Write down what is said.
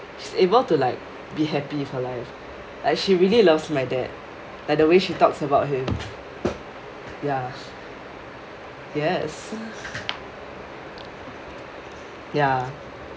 she is able to like be happy with her life like she really loves my dad like the way she talks about him ya yes ya